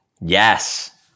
Yes